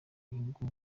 bihugu